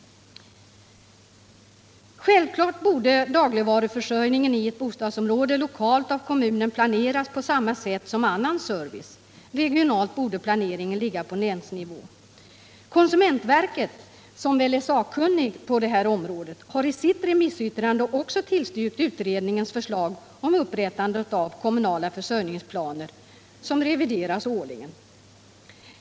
Självklart borde dagligvaruförsörjningen i ett bostadsområde lokalt av kommunen planeras på samma sätt som annan service. Regionalt borde planeringen ligga på länsnivå. Konsumentverket, som väl är sakkunnigt på detta område, har i sitt remissyttrande också tillstyrkt utredningens förslag om upprättandet av kommunala försörjningsplaner, som revideras årligen.